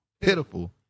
pitiful